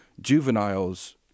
juveniles